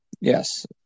Yes